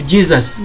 Jesus